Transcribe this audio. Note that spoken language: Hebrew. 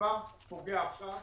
שכבר פוגע עכשיו